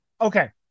Okay